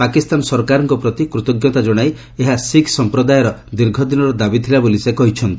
ପାକିସ୍ତାନ ସରକାରଙ୍କ ପ୍ରତି କୃତଜ୍ଞତା ଜଣାଇ ଏହା ଶିଖ୍ ସମ୍ପ୍ରଦାୟର ଦୀର୍ଘଦିନର ଦାବି ଥିଲା ବୋଲି ସେ କହିଛନ୍ତି